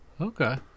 Okay